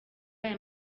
aya